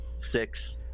Six